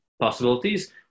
possibilities